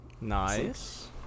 nice